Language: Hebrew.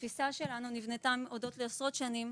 התפיסה שלנו נבנתה הודות לעשרות שנים